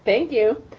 thank you.